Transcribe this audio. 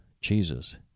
Jesus